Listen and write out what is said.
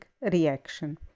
reaction